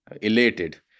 elated